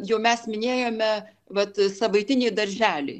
jau mes minėjome vat savaitinį darželį